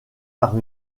par